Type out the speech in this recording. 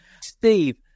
Steve